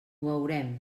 veurem